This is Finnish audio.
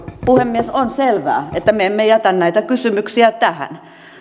puhemies on selvää että me emme jätä näitä kysymyksiä tähän